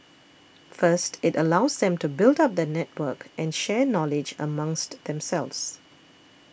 first it allows them to build up the network and share knowledge amongst themselves